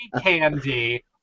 Candy